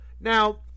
Now